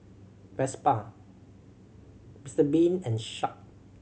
Vespa Mister Bean and Sharp